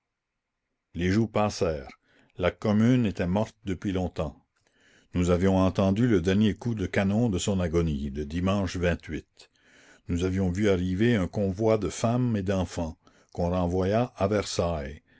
les jours passèrent la commune était morte depuis longtemps nous avions entendu le dernier coup de canon de son agonie le dimanche ous avions vu arriver un convoi de femmes et d'enfants qu'on renvoya à versailles